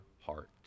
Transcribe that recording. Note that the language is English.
heart